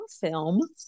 film